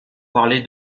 parler